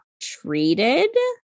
treated